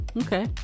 Okay